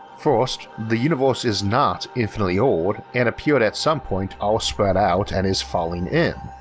first, the universe is not infinitely old and appeared at some point all spread out and is falling in.